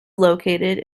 located